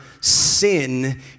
sin